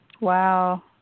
Wow